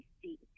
see